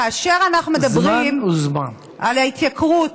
כאשר אנחנו מדברים על ההתייקרות